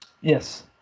Yes